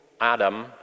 Adam